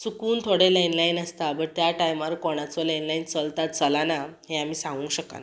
चुकून थोडे land line आसता बट त्या टायमार कोणाचो लँड लायन चलता चलना हें आमी सांगूंक शकना